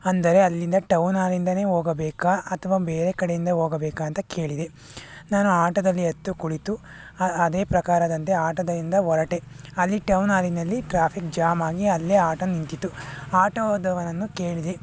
ಅಂದರೆ ಅಲ್ಲಿಂದ ಟೌನ್ಹಾಲಿಂದಲೆ ಹೋಗಬೇಕಾ ಅಥವಾ ಬೇರೆ ಕಡೆಯಿಂದ ಹೋಗಬೇಕಾ ಅಂತ ಕೇಳಿದೆ ನಾನು ಆಟೋದಲ್ಲಿ ಹತ್ತಿ ಕುಳಿತು ಅದೇ ಪ್ರಕಾರದಂತೆ ಆಟೋದಿಂದ ಹೊರಟೆ ಅಲ್ಲಿ ಟೌನ್ಹಾಲಿನಲ್ಲಿ ಟ್ರಾಫಿಕ್ ಜಾಮ್ ಆಗಿ ಅಲ್ಲೇ ಆಟೋ ನಿಂತಿತು ಆಟೋದವನನ್ನು ಕೇಳಿದೆ